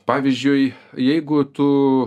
pavyzdžiui jeigu tu